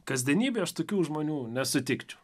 kasdienybėj aš tokių žmonių nesutikčiau